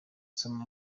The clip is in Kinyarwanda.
soma